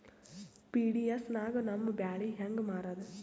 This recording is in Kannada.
ಪಿ.ಡಿ.ಎಸ್ ನಾಗ ನಮ್ಮ ಬ್ಯಾಳಿ ಹೆಂಗ ಮಾರದ?